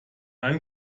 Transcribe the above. ein